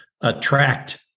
attract